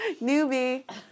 Newbie